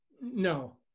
No